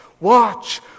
watch